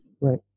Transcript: Right